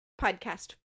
podcast